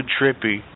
trippy